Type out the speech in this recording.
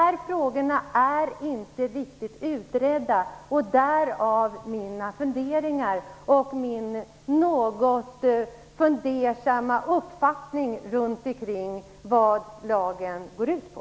Dessa frågor är inte riktigt utredda - därav mina funderingar och min något fundersamma uppfattning om vad lagen går ut på.